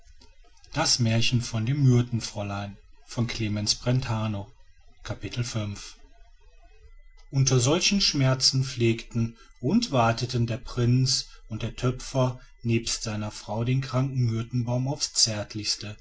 unter solchen schmerzen pflegten und warteten der prinz und der töpfer nebst seiner frau den kranken myrtenbaum aufs zärtlichste